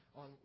on